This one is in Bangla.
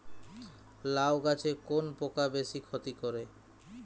লাউ গাছে কোন পোকা বেশি ক্ষতি করে?